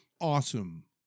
awesome